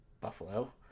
Buffalo